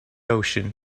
ocean